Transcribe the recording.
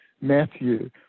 matthew